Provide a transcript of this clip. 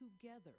together